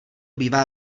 bývá